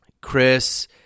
Chris